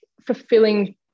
fulfilling